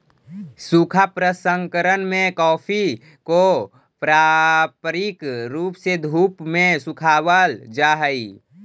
सूखा प्रसंकरण में कॉफी को पारंपरिक रूप से धूप में सुखावाल जा हई